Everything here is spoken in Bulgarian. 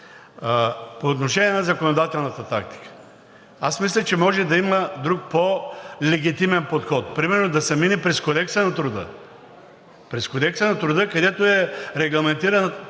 по отношение на законодателната практика. Аз мисля, че може да има друг по-легитимен подход, примерно да се мине през Кодекса на труда – през Кодекса на труда, където е регламентирана